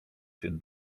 się